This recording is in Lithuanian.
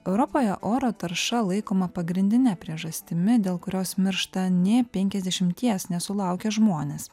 europoje oro tarša laikoma pagrindine priežastimi dėl kurios miršta nė penkiasdešimties nesulaukę žmonės